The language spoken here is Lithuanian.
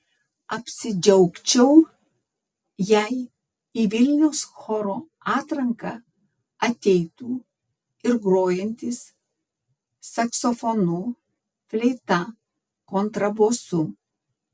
apsidžiaugčiau jei į vilniaus choro atranką ateitų ir grojantys saksofonu fleita kontrabosu